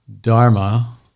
Dharma